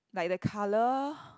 like the colour